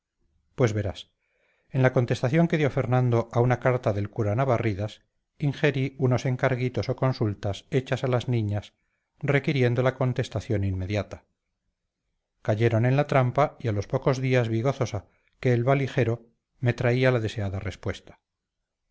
pues verás en la contestación que dio fernando a una carta del cura navarridas ingerí unos encarguitos o consultas hechas a las niñas requiriendo la contestación inmediata cayeron en la trampa y a los pocos días vi gozosa que el valijero me traía la deseada respuesta